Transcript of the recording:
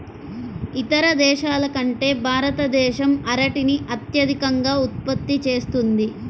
ఇతర దేశాల కంటే భారతదేశం అరటిని అత్యధికంగా ఉత్పత్తి చేస్తుంది